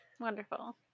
Wonderful